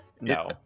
No